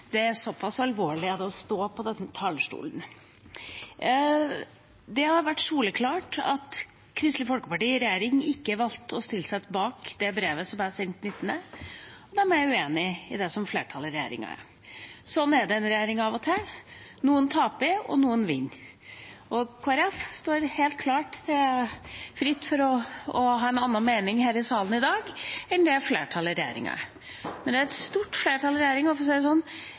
de mener. Såpass alvorlig er det å stå på denne talerstolen. Det har vært soleklart at Kristelig Folkeparti i regjering ikke valgte å stille seg bak det brevet jeg sendte den 19. november. De er uenige med flertallet i regjeringa. Slik er det i en regjering av og til – noen taper, og noen vinner. Kristelig Folkeparti står helt klart fritt til å ha en annen mening her i salen i dag enn det flertallet i regjeringa har. Men det er et stort flertall i regjeringa, for å si det sånn.